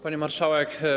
Pani Marszałek!